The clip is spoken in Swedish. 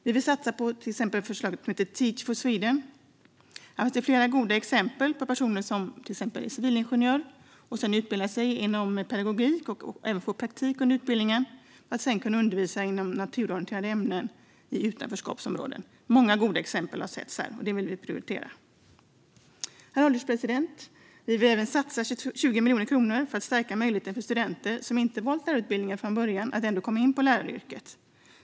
Vi föreslår en satsning på Teach for Sweden. Här finns det flera goda exempel på personer som till exempel är civilingenjörer och utbildar sig inom pedagogik, och även får praktik under utbildningen, för att sedan kunna undervisa i naturorienterande ämnen i utanförskapsområden. Många goda exempel har setts här, och det vill vi prioritera. Herr ålderspresident! Vi vill även satsa 20 miljoner kronor för att stärka möjligheten för studenter som inte valt lärarutbildningen från början att ändå komma in i läraryrket.